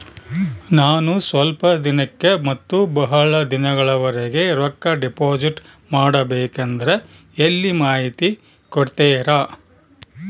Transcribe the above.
ನಾನು ಸ್ವಲ್ಪ ದಿನಕ್ಕ ಮತ್ತ ಬಹಳ ದಿನಗಳವರೆಗೆ ರೊಕ್ಕ ಡಿಪಾಸಿಟ್ ಮಾಡಬೇಕಂದ್ರ ಎಲ್ಲಿ ಮಾಹಿತಿ ಕೊಡ್ತೇರಾ?